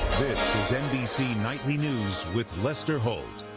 this is nbc nightly news with lester holt.